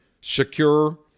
secure